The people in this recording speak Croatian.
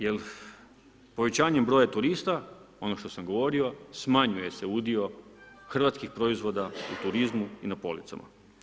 Jer povećanjem broja turista, ono što sam govorio, smanjuje se udio hrvatskih proizvoda u turizmu i na policama.